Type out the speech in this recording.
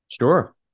Sure